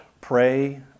pray